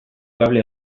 kable